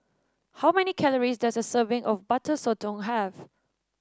how many calories does a serving of Butter Sotong have